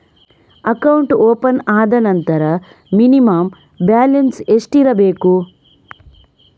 Account open ಆದ ನಂತರ minimum balance ಎಷ್ಟಿರಬೇಕು?